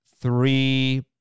three